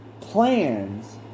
plans